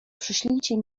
przyślijcie